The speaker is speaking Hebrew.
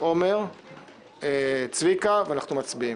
חברי הכנסת עמר בר לב, צבי האוזר, ואנחנו מצביעים.